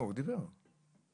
אנחנו קבוצה פתוחה.